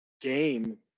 game